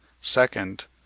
second